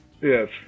Yes